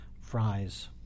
fries